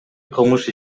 кылмыш